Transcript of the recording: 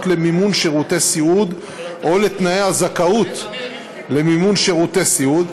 למימון שירותי סיעוד או לתנאי הזכאות למימון שירותי סיעוד,